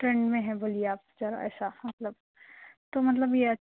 trend میں ہے بولیے آپ ذرا ایسا مطلب تو مطلب یہ